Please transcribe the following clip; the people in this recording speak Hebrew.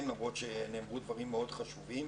לכן למרות שנאמרו דברים מאוד חשובים.